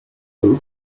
all